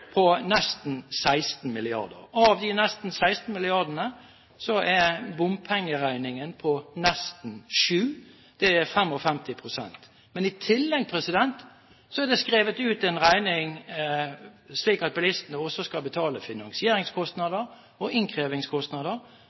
på nesten 16 mrd. kr. Av de nesten 16 mrd. kr er bompengeregningen på nesten 7 mrd. kr – det er 55 pst. Men i tillegg er det skrevet ut en regning, slik at bilistene også skal betale finansieringskostnader og innkrevingskostnader,